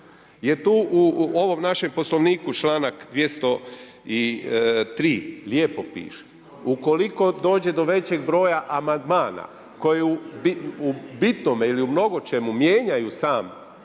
jer tu u ovom našem Poslovniku članak 203. lijepo piše ukoliko dođe do većeg broja amandmana koju u bitnome ili u mnogočemu mijenjaju sam